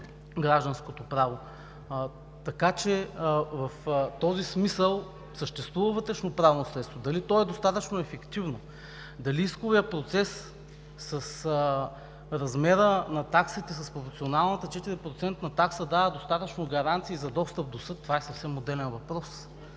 Гражданското право. Така че в този смисъл съществува вътрешноправно средство. Дали то е достатъчно ефективно, дали исковият процес с размера на таксите, с пропорционалната 4% такса дава достатъчно гаранции за достъп до съд, това е съвсем отделен въпрос.